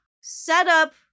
setup